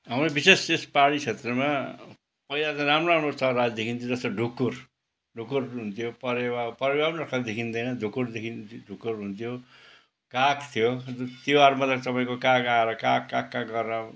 हाम्रो विशेष यस पाहाडी क्षेत्रमा पहिला त राम्रो राम्रो चराहरू देखिन्थ्यो जस्तो ढुकुर ढुकुर हुन्थ्यो परेवा परेवा पनि आजकल देखिँदैन ढुकुर देखिन् ढुकुर हुन्थ्यो काग थियो तिहारमा त तपाईँको काग आएर काग काग काग गरेर